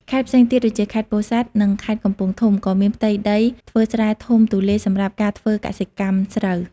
ខេត្តផ្សេងទៀតដូចជា ខេត្តពោធិ៍សាត់ និងខេត្តកំពង់ធំ ក៏មានផ្ទៃដីធ្វើស្រែធំទូលាយសម្រាប់ការធ្វើកសិកម្មស្រូវ។